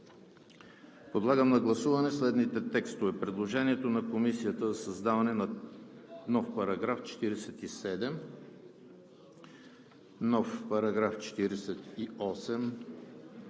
Подлагам на гласуване следните текстове: предложението на Комисията за създаване на нови параграфи 47, 48,